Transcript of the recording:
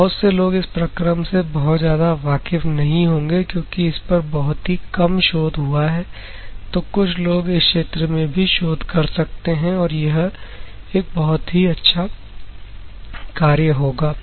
तो बहुत से लोग इस प्रक्रम से बहुत ज्यादा वाकिफ नहीं होंगे क्योंकि इस पर बहुत ही कम शोध हुआ है तो कुछ लोग इस क्षेत्र में भी शोध कर सकते हैं और यह एक बहुत ही अच्छा कार्य होगा